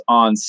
on